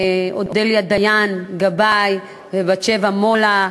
אודליה דיין-גבאי ובת-שבע מולה,